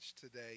today